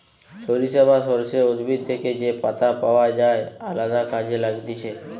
সরিষা বা সর্ষে উদ্ভিদ থেকে যে পাতা পাওয় যায় আলদা কাজে লাগতিছে